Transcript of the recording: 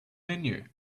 menu